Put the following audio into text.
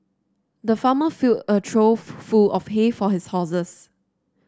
the farmer filled a trough full of hay for his horses